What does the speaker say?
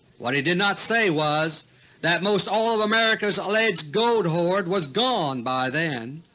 what he did not say was that most all of america's alleged gold hoard was gone by then.